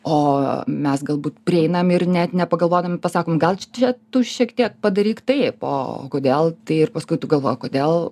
o mes galbūt prieinam ir net nepagalvodami pasakom gal čia tu šiek tiek padaryk taip o kodėl tai paskui ir tu galvoji kodėl